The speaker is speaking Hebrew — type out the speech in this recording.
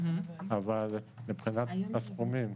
אבל מבחינת הסכומים,